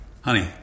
Honey